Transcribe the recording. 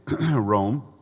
Rome